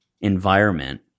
environment